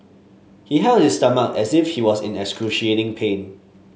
he held his stomach as if he was in excruciating pain